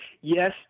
yes